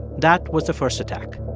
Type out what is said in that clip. that was the first attack